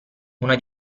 una